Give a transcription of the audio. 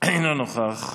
אינו נוכח.